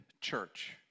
Church